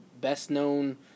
best-known